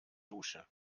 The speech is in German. dusche